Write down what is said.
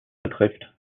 betrifft